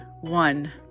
One